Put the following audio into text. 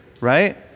right